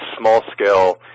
small-scale